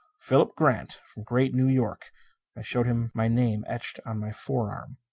philip grant. from great new york. i showed him my name etched on my forearm.